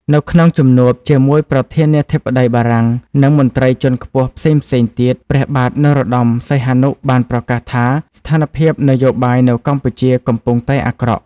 នៅក្នុងជំនួបជាមួយប្រធានាធិបតីបារាំង និងមន្ត្រីជាន់ខ្ពស់ផ្សេងៗទៀត ព្រះបាទនរោត្តម សីហនុបានប្រកាសថាស្ថានភាពនយោបាយនៅកម្ពុជាកំពុងតែអាក្រក់។